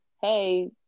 hey